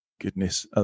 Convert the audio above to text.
goodness